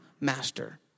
master